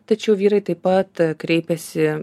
tačiau vyrai taip pat kreipiasi